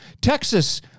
Texas